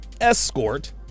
escort